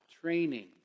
training